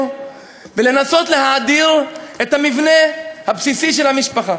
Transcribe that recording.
ולנסות להאדיר את המבנה הבסיסי של המשפחה.